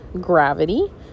Gravity